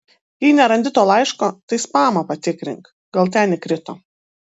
jei nerandi to laiško tai spamą patikrink gal ten įkrito